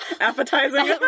appetizing